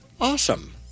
awesome